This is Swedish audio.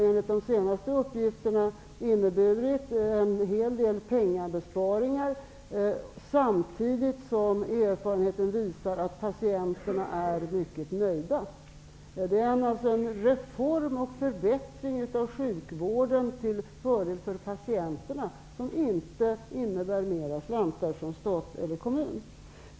Enligt de senaste uppgifterna har den inneburit en hel del pengabesparingar, samtidigt som erfarenheterna visar att patienterna är mycket nöjda. Reformen innebär en förbättring av sjukvården till fördel för patienterna men förutsätter inte mera slantar från stat eller kommun.